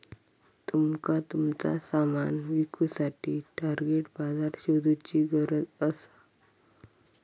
तुमका तुमचा सामान विकुसाठी टार्गेट बाजार शोधुची गरज असा